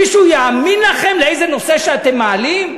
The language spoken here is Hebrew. מישהו יאמין לכם באיזה נושא שאתם מעלים?